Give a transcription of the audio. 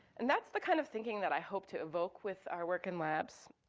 and that's the kind of thinking that i hope to evoke with our work in labs